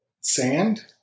sand